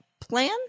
plan